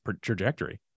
trajectory